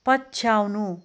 पछ्याउनु